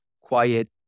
quiet